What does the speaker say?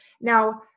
Now